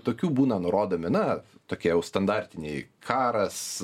tokių būna nurodomi na tokie jau standartiniai karas